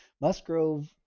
Musgrove